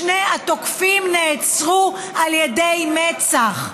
שני התוקפים נעצרו על ידי מצ"ח.